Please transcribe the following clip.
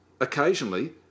occasionally